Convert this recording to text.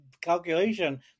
calculation